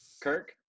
Kirk